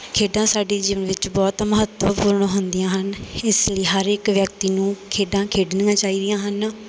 ਖੇਡਾਂ ਸਾਡੀ ਜੀਵਨ ਵਿੱਚ ਬਹੁਤ ਮਹੱਤਵਪੂਰਨ ਹੁੰਦੀਆਂ ਹਨ ਇਸ ਲਈ ਹਰ ਇੱਕ ਵਿਅਕਤੀ ਨੂੰ ਖੇਡਾਂ ਖੇਡਣੀਆਂ ਚਾਹੀਦੀਆਂ ਹਨ